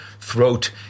throat